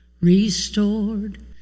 Restored